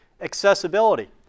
accessibility